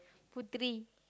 Putri